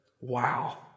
Wow